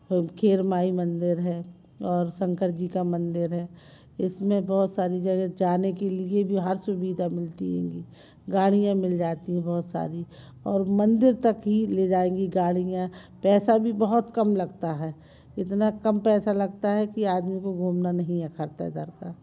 खेर माई मंदिर है और शंकर जी का मंदिर है इसमें बहुत सारी जगह जाने के लिए हर सुविधा मिलती हैंगी गाड़ियां मिल जाती हैं बहुत सारी और अन्दर तक ही ले जाएंगी गाड़ियाँ पैसा भी बहुत कम लगता है इतना कम पैसा लगता है की आदमी को घूमना नहीं अखरता इधर का